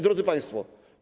Drodzy Państwo!